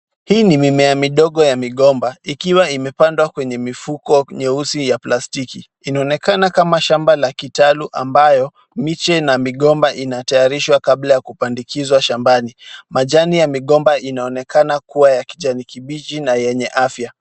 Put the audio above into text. Hii ni mimea midogo ya migomba ikiwa imepandwa kwenye mifuko nyeusi ya plastiki. Inaonekana kama shamba la kitalu ambayo miche na migomba inatayarishwa kabla ya kupandikizwa shambani. Majani ya migomba inaonekana kuwa ya kijani kibichi na yenye afya.